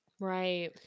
Right